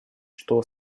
что